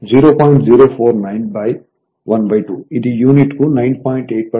049 ½ఇది యూనిట్కు 9